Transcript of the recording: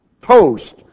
post